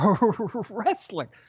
wrestling